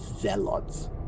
zealots